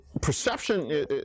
perception